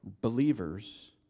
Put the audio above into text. Believers